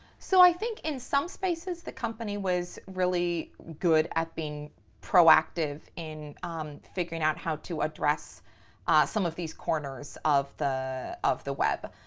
so i think in some spaces the company was really good at being proactive in figuring out how to address some of these corners of the of the web.